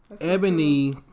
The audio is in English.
Ebony